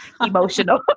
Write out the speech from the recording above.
emotional